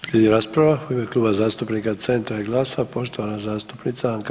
Slijedi rasprava u ime Kluba zastupnika Centra i GLAS-a poštovana zastupnica Anka